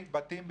7-4 ק"מ,